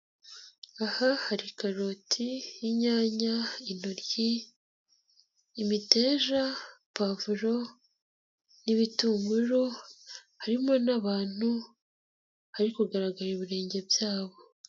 Aha hari karoti, inyanya, intoryi, imiteja, pavuro n'ibitungururu, harimo n'abantu hari kugaragara ibirenge byabo.